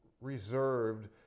reserved